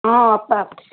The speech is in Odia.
ହଁ ଅପା